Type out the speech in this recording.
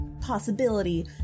possibility